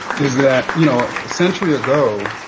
is that, you know, a century ago,